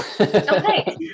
Okay